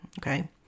okay